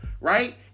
right